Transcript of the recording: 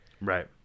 Right